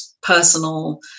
personal